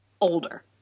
older